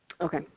Okay